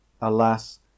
Alas